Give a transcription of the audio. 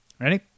Ready